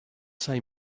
say